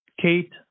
Kate